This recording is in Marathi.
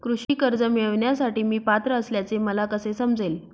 कृषी कर्ज मिळविण्यासाठी मी पात्र असल्याचे मला कसे समजेल?